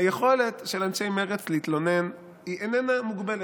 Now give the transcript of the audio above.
היכולת של אנשי מרצ להתלונן איננה מוגבלת,